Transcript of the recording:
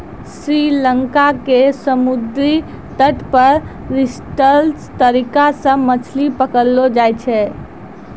श्री लंका के समुद्री तट पर स्टिल्ट तरीका सॅ मछली पकड़लो जाय छै